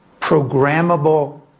programmable